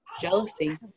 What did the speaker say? Jealousy